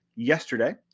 yesterday